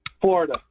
Florida